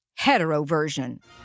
heteroversion